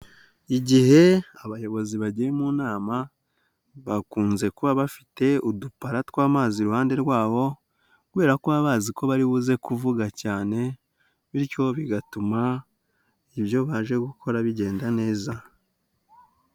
Igihe abayobozi bagiye mu nama bakunze kuba bafite udupara tw'amazi iruhande rwabo kubera ko baba bazi ko bari buze kuvuga cyane bityo bigatuma ibyo baje gukora bigenda neza.